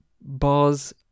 bars